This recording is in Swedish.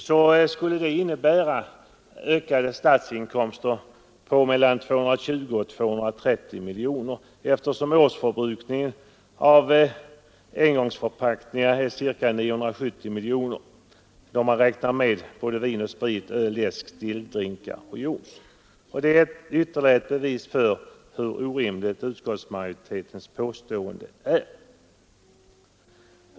Det skulle innebära ökade statsinkomster på mellan 220 och 230 miljoner kronor, eftersom årsförbrukningen av engångsförpackningar är ca 970 miljoner om man räknar med vin, sprit, öl, läsk, stilldrinkar och juice. Det är ytterligare ett bevis för hur orimligt utskottsmajoritetens påstående är.